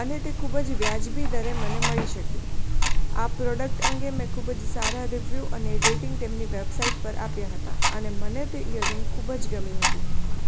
અને તે ખૂબ જ વાજબી દરે મને મળી શકી આ પ્રોડક્ટ અંગે મેં ખૂબ જ સારા રિવ્યૂ અને રેટિંગ તેમની વેબસાઇટ પર આપ્યા હતા અને મને તે ઇયરિંગ ખૂબ જ ગમી હતી